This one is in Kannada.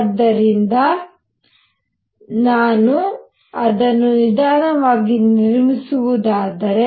ಆದ್ದರಿಂದ ನಾನು ಅದನ್ನು ನಿಧಾನವಾಗಿ ನಿರ್ಮಿಸುವುದಾದರೆ